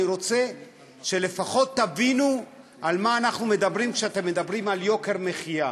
אני רוצה שלפחות תבינו על מה אנחנו מדברים כשאתם מדברים על יוקר מחיה,